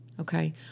okay